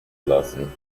lassen